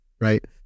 right